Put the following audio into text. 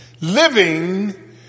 living